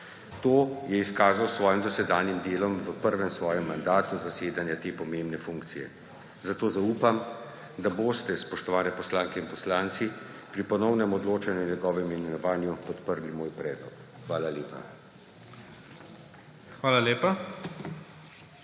To je izkazal s svojim dosedanjim delom v prvem svojem mandatu zasedanja te pomembne funkcije. Zato zaupam, da boste, spoštovane poslanke in poslanci, pri ponovnem odločanju o njegovem imenovanju podprli moj predlog. Hvala lepa.